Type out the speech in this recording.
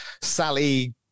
Sally